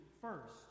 first